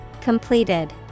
Completed